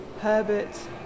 Herbert